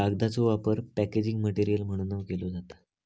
कागदाचो वापर packaging material म्हणूनव केलो जाता